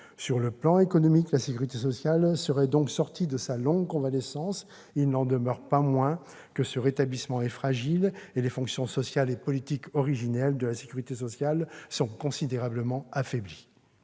Sur le plan économique, la sécurité sociale serait donc sortie de sa longue convalescence. Il n'en demeure pas moins que ce rétablissement est fragile, et les fonctions sociales et politiques originelles de la sécurité sociale sont considérablement affaiblies